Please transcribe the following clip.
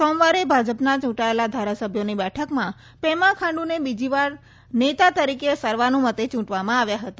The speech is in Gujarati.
સોમવારે ભાજપના ચુંટાયેલા ધારાસભ્યોની બેઠકમાં પેમા ખાંડુને બીજીવાર નેતા તરીકે સર્વાનુમતે ચુંટવામાં આવ્યા હતા